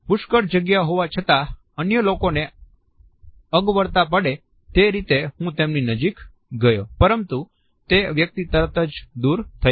પુષ્કળ જગ્યા હોવા છતાં અન્ય લોકોને અગવડતા પડે તે રીતે હું તેમની નજીક ગયો પરંતુ તે વ્યક્તિ તરત જ દૂર થઇ ગયો